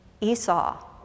Esau